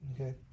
okay